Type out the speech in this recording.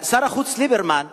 שר החוץ ליברמן ייעץ,